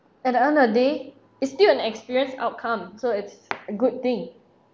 at the end of the day it's still an experienced outcome so it's a good thing